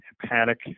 hepatic